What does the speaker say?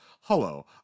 hello